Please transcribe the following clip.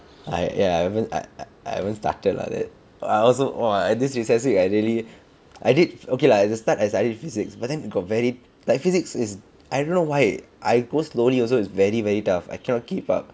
I I haven't I haven't started lah that I also uh at this recess week I really I did okay lah at the start I did physics but then got very like physics is I don't know why I go slowly also it's very very tough I cannot keep up